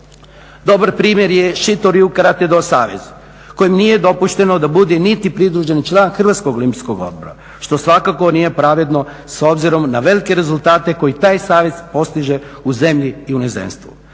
…/Govornik se ne razumije./… savez kojim nije dopušteno da bude niti pridruženi član Hrvatskog olimpijskog odbora što svakako nije pravedno s obzirom na velike rezultate koje taj savez postiže u zemlji i inozemstvu.